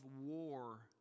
war